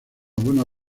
buena